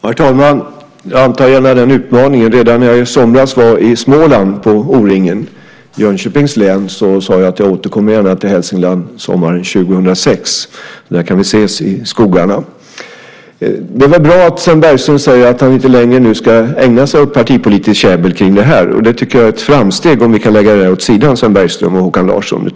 Herr talman! Jag antar gärna den utmaningen! Redan när jag i somras var i Småland på O-Ringen i Jönköpings län sade jag att jag gärna återkommer till Hälsingland sommaren 2006. Där kan vi ses i skogarna. Det är väl bra att Sven Bergström säger att han inte längre nu ska ägna sig åt partipolitiskt käbbel kring det här. Jag tycker att det är ett framsteg om vi kan lägga det här åt sidan, Sven Bergström och Håkan Larsson.